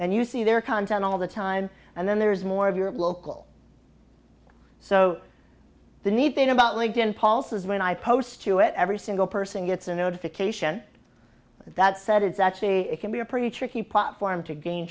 and you see their content all the time and then there's more of your local so the neat thing about linked in paul says when i post to it every single person gets a notification that said it's actually it can be a pretty tricky platform to gain